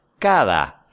Cada